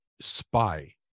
spy